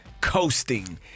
coasting